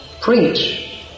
preach